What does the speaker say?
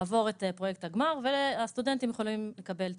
לעבור את פרויקט הגמר והסטודנטים יכולים לקבל תעודה.